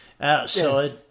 outside